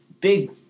big